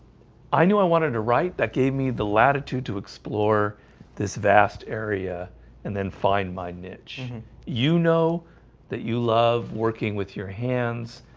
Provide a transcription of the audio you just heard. i knew i wanted to write that gave me the latitude to explore this vast area and then find my niche you know that you love working with your hands.